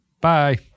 Bye